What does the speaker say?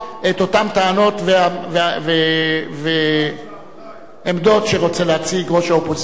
טענות ועמדות שרוצה להציג ראש האופוזיציה,